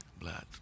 blood